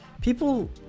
people